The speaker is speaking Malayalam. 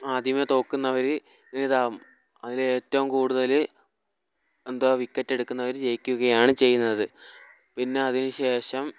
ആദ്യമേ തോൽക്കുന്നവര് ഇതാകും അവര് ഏറ്റവും കൂടുതല് എന്താ വിക്കറ്റ് എടുക്കുന്നവര് ജയിക്കുകയുമാണ് ചെയ്യുന്നത് പിന്നെ അതിന് ശേഷം